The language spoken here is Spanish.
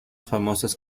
famosas